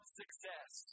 success